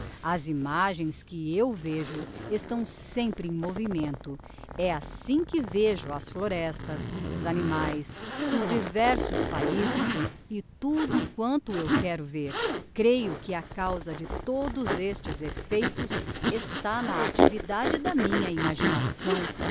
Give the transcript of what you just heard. as imagens que eu vejo estão sempre em movimento é assim que vejo as florestas os animaes os diversos paizes e tudo quanto eu quero vêr creio que a causa de todos estes effeitos está na actividade da minha imaginação